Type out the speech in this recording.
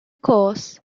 course